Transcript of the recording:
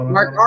Mark